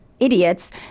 Idiots